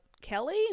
Kelly